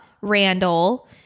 Randall